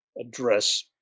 address